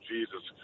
Jesus